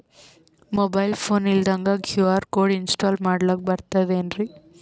Mobile phone ಇಲ್ದಂಗ QR code install ಮಾಡ್ಲಕ ಬರ್ತದೇನ್ರಿ?